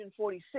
146